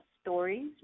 stories